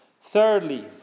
Thirdly